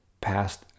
past